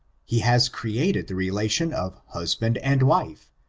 he has created the relation of husband and wife,